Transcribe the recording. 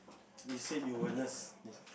you said you were nurse